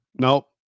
Nope